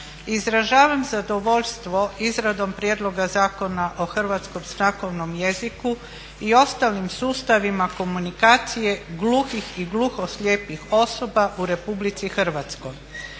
Izražavam zadovoljstvo izradom prijedloga Zakona o Hrvatskom znakovnom jeziku i ostalim sustavima komunikacije gluhih i gluhoslijepih osoba u RH. Prihvaćanjem